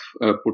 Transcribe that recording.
put